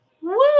woo